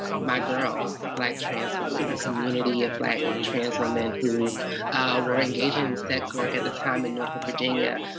my girls. black trans women. a community of black trans women, who were engaged in sex work at the time, in norfolk, virginia,